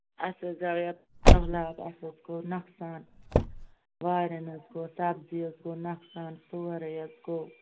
اَسہِ حظ آو یَتھ سہلاب اَسہِ حظ گوٚو نۄقصان واریاہَن حظ گوٚو سَبزی حظ گوٚو نۄقصان سورُے حظ گوٚو